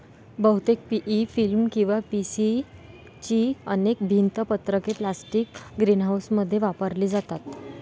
बहुतेक PE film किंवा PC ची अनेक भिंत पत्रके प्लास्टिक ग्रीनहाऊसमध्ये वापरली जातात